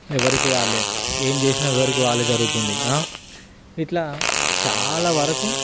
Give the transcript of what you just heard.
ఎవరికి వాళ్ళు ఏం చేసిన ఎవరికి వాళ్ళు జరుగుతుంది ఇట్లా చాలా వరకు